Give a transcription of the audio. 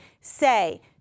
Say